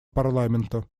парламента